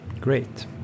great